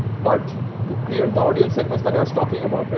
but to create the audience segments that i was talking about.